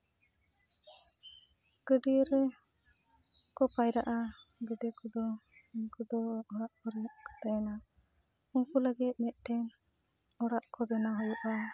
ᱜᱟᱹᱰᱭᱟᱹ ᱨᱮᱠᱚ ᱯᱟᱭᱨᱟᱜᱼᱟ ᱜᱮᱰᱮ ᱠᱚᱫᱚ ᱩᱱᱠᱩ ᱫᱚ ᱚᱲᱟᱜ ᱠᱚᱨᱮ ᱜᱮᱠᱚ ᱛᱟᱦᱮᱱᱟ ᱩᱱᱠᱩ ᱞᱟᱹᱜᱤᱫ ᱢᱮᱫᱴᱮᱱ ᱚᱲᱟᱜ ᱠᱚ ᱵᱮᱱᱟᱣ ᱦᱩᱭᱩᱜᱼᱟ